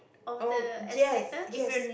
oh yes yes